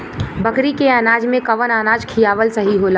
बकरी के अनाज में कवन अनाज खियावल सही होला?